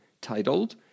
titled